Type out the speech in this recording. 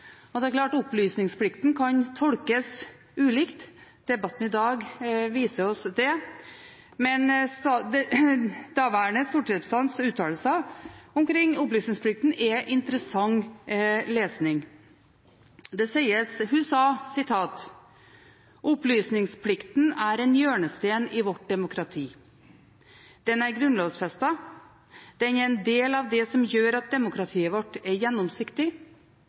Det er klart at opplysningsplikten kan tolkes ulikt – debatten i dag viser oss det – men den daværende stortingsrepresentantens uttalelser omkring opplysningsplikten er interessant lesning. Hun sa: «Opplysningsplikten er en hjørnesten i vårt demokrati. Den er grunnlovsfestet. Den er en del av det som gjør at demokratiet vårt er gjennomsiktig.